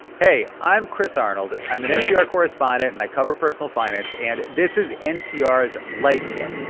hey, i'm chris arnold. i'm an npr correspondent, and i cover personal finance. and this is npr's life kit